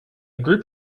group